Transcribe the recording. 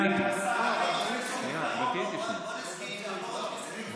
בוא נסכים שאנחנו לא רוצים לסכן חיים,